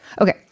Okay